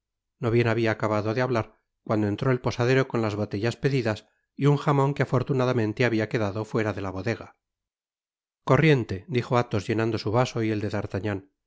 no bien habia acabado de hablar cuando entró el posadero con las botellas pedidas y un jamón que afortunadamente habia quedado fuera de la bodega corriente dijo athos llenando su vaso y el de d'artagnan ya